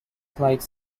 clyde